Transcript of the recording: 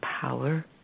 power